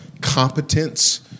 competence